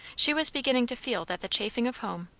she was beginning to feel that the chafing of home,